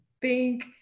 pink